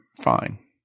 fine